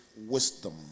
wisdom